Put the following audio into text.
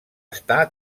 està